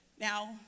Now